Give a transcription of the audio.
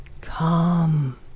Come